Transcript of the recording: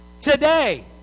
today